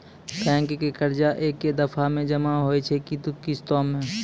Bank के कर्जा ऐकै दफ़ा मे जमा होय छै कि किस्तो मे?